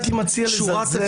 לא הייתי מציע לזלזל.